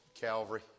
Calvary